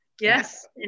Yes